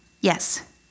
Yes